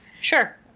Sure